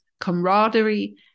camaraderie